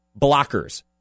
blockers